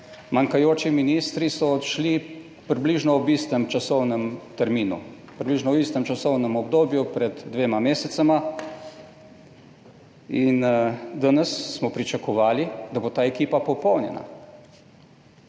manjkajoči ministri so odšli približno ob istem časovnem terminu, približno v istem časovnem obdobju pred dvema mesecema In danes smo pričakovali, da bo ta ekipa popolnjena.